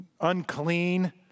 unclean